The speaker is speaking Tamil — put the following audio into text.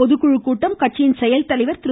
பொதுக்குழு கூட்டம் கட்சியின் செயல்தலைவர் திரு